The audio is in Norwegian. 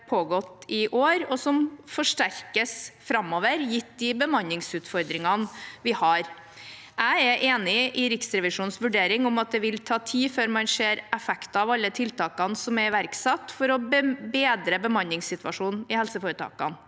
pågått i mange år, og som forsterkes framover, gitt de bemanningsutfordringene vi har. Jeg er enig i Riksrevisjonens vurdering om at det vil ta tid før man ser effekter av alle de tiltakene som er iverksatt for å bedre bemanningssituasjonen i helseforetakene.